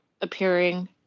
appearing